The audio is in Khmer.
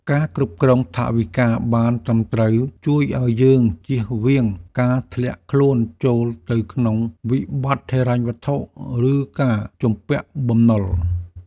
ការគ្រប់គ្រងថវិកាបានត្រឹមត្រូវ ជួយឱ្យយើងជៀសវាងការធ្លាក់ខ្លួនចូលទៅក្នុងវិបត្តិហិរញ្ញវត្ថុ ឬការជំពាក់បំណុល។